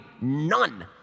none